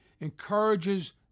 encourages